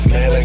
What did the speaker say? Man